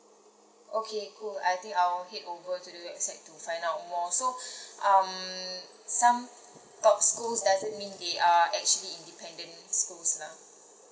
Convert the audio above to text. okay cool I think I'll head over to the website to find out more so um some top schools doesn't mean they are actually independent schools lah